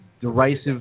derisive